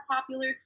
popular